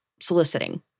soliciting